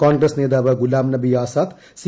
കോൺഗ്രസ് നേതാവ് ഗുലാംനബി ആസാദ് സി